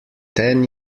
ten